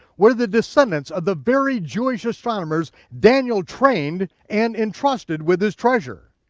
were the descendants of the very jewish astronomers daniel trained and entrusted with his treasure.